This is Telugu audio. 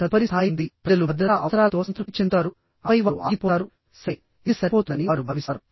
తదుపరి స్థాయి ఉంది ప్రజలు భద్రతా అవసరాలతో సంతృప్తి చెందుతారు ఆపై వారు ఆగిపోతారు సరే ఇది సరిపోతుందని వారు భావిస్తారు